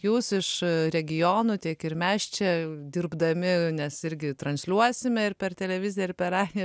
jūs iš regionų tiek ir mes čia dirbdami nes irgi transliuosime ir per televiziją ir per radiją